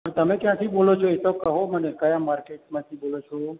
તો તમે ક્યાંથી બોલો છો એ તો કહો મને કયા માર્કેટમાંથી બોલો છો